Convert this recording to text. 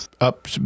up